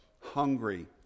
hungry